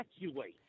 evacuate